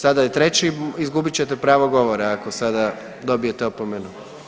Sada je treći izgubit ćete pravo govora ako sada dobijete opomenu.